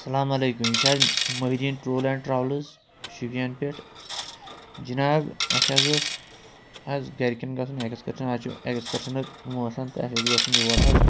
اسلامُ علیکُم یہِ چھِ حظ Mohiuddin tour and travels Shopian پٮ۪ٹھ جِناب اَسہِ حظ اوس حظ گَرِکٮ۪ن گژھُن اٮ۪کٕسکَرشَن آز چھُ اٮ۪کٕسکرشَنُک موسم تہٕ اَسہِ اوس گژھُن یور حظ